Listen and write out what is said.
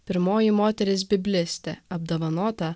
pirmoji moteris biblistė apdovanota